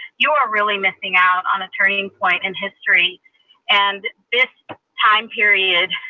you are really missing out on a turning point in history and this time period,